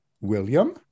William